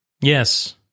Yes